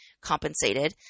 compensated